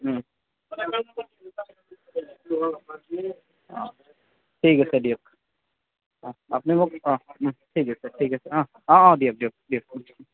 অঁ ঠিক আছে দিয়ক অঁ আপুনি মোক অঁ ঠিক আছে ঠিক আছে অঁ অঁ অঁ দিয়ক দিয়ক দিয়ক